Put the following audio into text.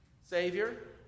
Savior